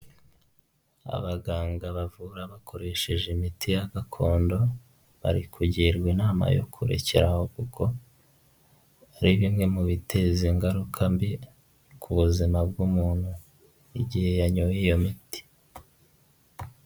Abaganga bavura bakoresheje imiti ya gakondo bari kugirwa inama yo kurekeraho, kuko ari bimwe mu biteza ingaruka mbi ku buzima bw'umuntu igihe yanyoye iyo miti.